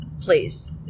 please